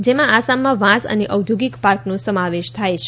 જેમાં આસામમાં વાંસ અને ઔદ્યોગિક પાર્કનો સમાવેશ થાય છે